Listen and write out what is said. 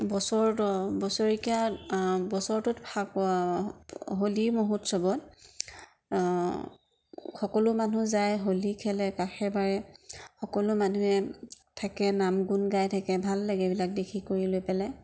বছৰটো বছৰেকীয়া বছৰটোত ফাকু হোলী মহোৎসৱত সকলো মানুহ যায় হোলী খেলে কাষে বাৰে সকলো মানুহে থাকে নাম গুণ গাই থাকে ভাল লাগে এইবিলাক দেখি কৰি লৈ পেলাই